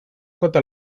contra